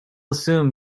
assume